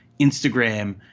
instagram